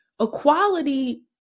Equality